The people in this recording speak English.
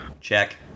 Check